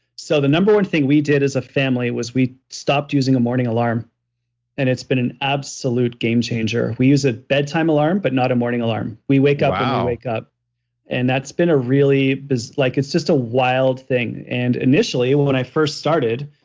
so, the number one thing we did as a family was we stopped using a morning alarm and it's been an absolute game changer. we use a bedtime alarm, but not a morning alarm, we wake up when um wake up and that's been a really, like it's just a wild thing. and initially, when i first started,